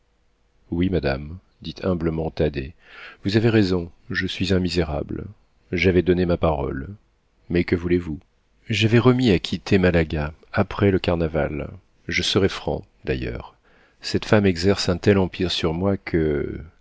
oui madame dit humblement thaddée vous avez raison je suis un misérable j'avais donné ma parole mais que voulez-vous j'avais remis à quitter malaga après le carnaval je serai franc d'ailleurs cette femme exerce un tel empire sur moi que